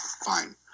fine